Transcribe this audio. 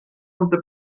unter